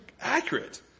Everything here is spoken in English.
accurate